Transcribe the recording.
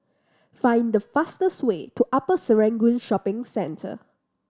find the fastest way to Upper Serangoon Shopping Centre